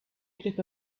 group